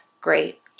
Great